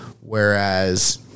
whereas